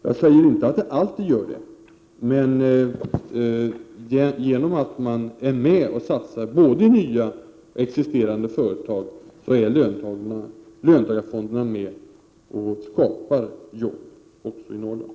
Jag säger inte att de alltid gör det, men genom att löntagarfonderna vill satsa både i nya och i existerande företag så är löntagarfonderna med om att skapa jobb också i Norrland.